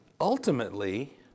Ultimately